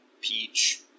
peach